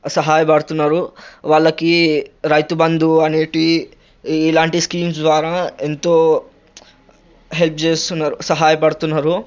సహాయ పడుతున్నారు వాళ్ళకి రైతు బంధు అనేటివి ఇలాంటి స్కీమ్సు ద్వారా ఎంతో హెల్ప్ చేస్తున్నారు సహాయ పడుతున్నారు